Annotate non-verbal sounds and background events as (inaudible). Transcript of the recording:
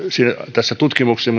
tässä tutkimuksessa (unintelligible)